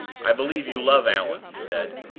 i believe you love allan, he said,